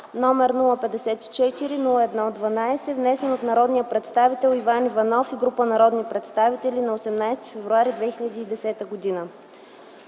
№054-01-12, внесен от народния представител Иван Иванов и група народни представители на 18 февруари 2010г.